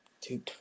two